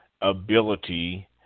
ability